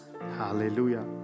hallelujah